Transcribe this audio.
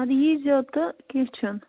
اَدٕ ییٖزیو تہٕ کیٚنٛہہ چھُنہٕ